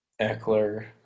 Eckler